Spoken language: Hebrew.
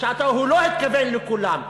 הוא לא התכוון לכולם.